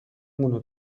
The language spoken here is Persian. مونو